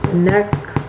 neck